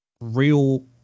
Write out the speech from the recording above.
real